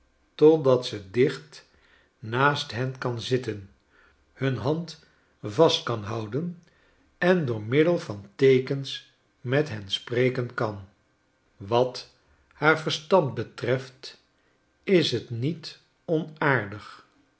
totdat ze dicht naast hen kan zitten hun hand vast kan houden en door middel van teekens met hen spreken kan wat haar verstand betreft is het niet onaardig